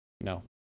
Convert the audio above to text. no